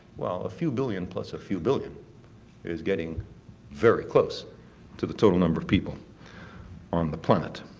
well, a few billion plus a few billion is getting very close to the total number of people on the planet.